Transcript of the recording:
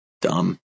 dumb